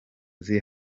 ziri